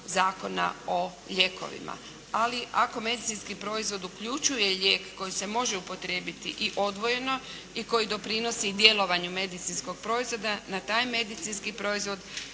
Zakona o lijekovima. Ali ako medicinski proizvod uključuje lijek koji se može upotrijebiti i odvojeno i koji doprinosi djelovanju medicinskog proizvoda na taj medicinski proizvod